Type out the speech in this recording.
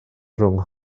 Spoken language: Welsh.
rhwng